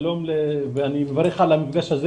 אני מברך על המפגש הזה